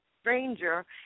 stranger